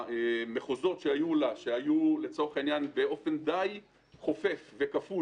והמחוזות שהיו מחוברים לרשויות המקומיות באופן די חופף וכפול,